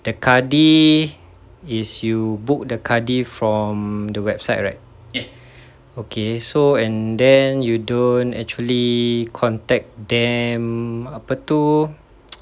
the kadi is you book the kadi from the website right okay so and then you don't actually contact them apa tu